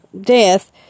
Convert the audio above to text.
death